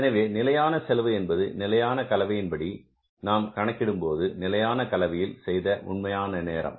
எனவே நிலையான செலவு என்பது நிலையான கலவையின் படி நாம் கணக்கிடும்போது நிலையான கலவையில் செய்த உண்மையான நேரம்